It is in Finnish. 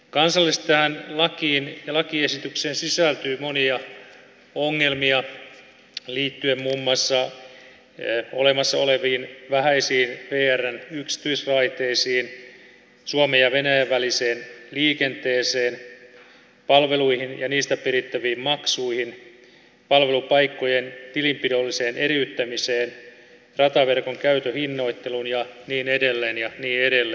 kansallisesti tähän lakiin ja lakiesitykseen sisältyy monia ongelmia liittyen muun muassa olemassa oleviin vähäisiin vrn yksityisraiteisiin suomen ja venäjän väliseen liikenteeseen palveluihin ja niistä perittäviin maksuihin palvelupaikkojen tilinpidolliseen eriyttämiseen rataverkon käytön hinnoitteluun ja niin edelleen ja niin edelleen